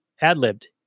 ad-libbed